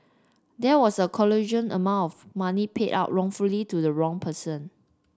there was a colossal amount of money paid out wrongfully to the wrong person